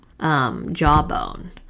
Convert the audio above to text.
Jawbone